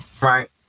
right